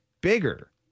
bigger